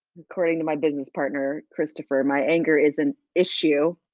according to my business partner christopher my anger is an issue.